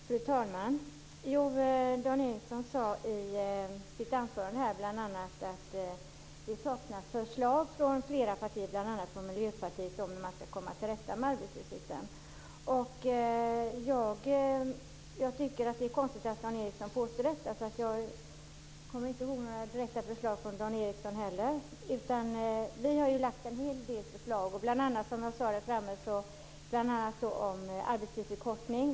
Fru talman! Dan Ericsson sade i sitt anförande här bl.a. att det saknas förslag från flera partier, bl.a. från Miljöpartiet, om hur man skall komma till rätta med arbetslösheten. Jag tycker att det är konstigt att Dan Ericsson påstår detta, för jag kommer inte ihåg några direkta förslag från Dan Ericsson heller. Vi har ju lagt fram en hel del förslag. Bl.a. har vi, som jag sade i talarstolen, lagt fram förslag om arbetstidsförkortning.